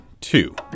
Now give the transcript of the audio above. two